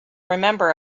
remember